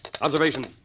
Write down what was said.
Observation